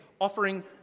offering